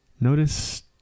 notice